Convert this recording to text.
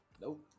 Nope